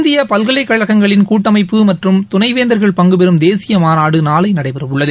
இந்தியபல்கலைக் கழகங்களின் கூட்டமைப்பு மற்றும் துணைவேந்தர்கள் பங்குபெறம் தேசியமாநாடுநாளைநடைபெறஉள்ளது